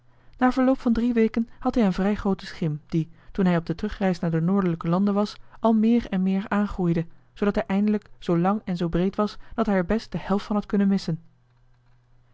na verloop van drie weken had hij een vrij grooten schim die toen hij op de terugreis naar de noordelijke landen was al meer en meer aangroeide zoodat hij eindelijk zoo lang en zoo breed was dat hij er best de helft van had kunnen missen